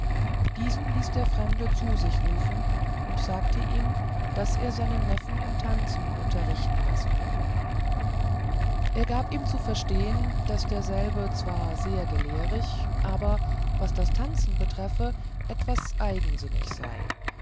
diesen ließ der fremde zu sich rufen und sagte ihm daß er seinen neffen im tanzen unterrichten lassen wolle er gab ihm zu verstehen daß derselbe zwar sehr gelehrig aber was das tanzen betreffe etwas eigensinnig sei